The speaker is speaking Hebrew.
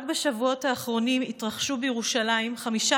רק בשבועות האחרונים התרחשו בירושלים חמישה